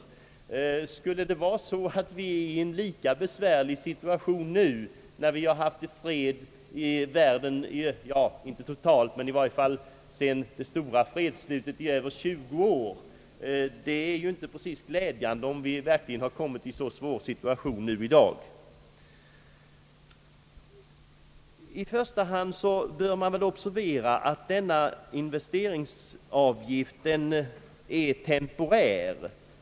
Skulle det vara så att vi är i en lika besvärlig situation nu sedan vi i stort sett haft fred i världen i över 20 år, så är detta verkligen inte glädjande. I första hand bör man väl observera att denna investeringsavgift är temporär.